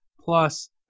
plus